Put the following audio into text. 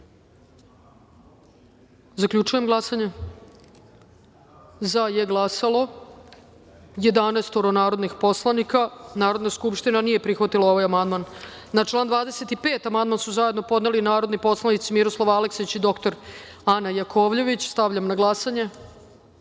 glasanje. Zaključujem glasanje: za je glasalo 11 narodnih poslanika. Narodna skupština nije prihvatila ovaj amandman. Na član 25. amandman su zajedno podneli narodni poslanici Miroslav Aleksić i dr Ana Jakovljević. Stavljam na